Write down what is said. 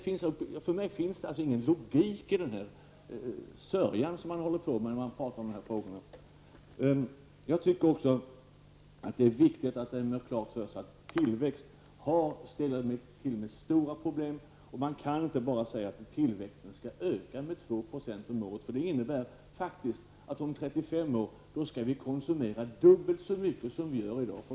För mig finns ingen logik i den här sörjan som man håller på med när man pratar om dessa frågor. Det är viktigt att man har klart för sig att tillväxten ställer till med stora problem. Man kan inte bara säga att tillväxten skall öka med 2 % om året, för det innebär faktiskt att vi om 35 år skall konsumera dubbelt så mycket som vi gör i dag.